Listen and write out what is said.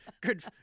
Good